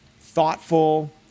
thoughtful